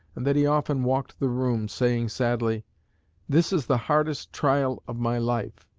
and that he often walked the room, saying sadly this is the hardest trial of my life.